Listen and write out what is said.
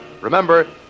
Remember